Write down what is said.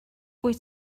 wyt